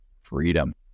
freedom